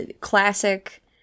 classic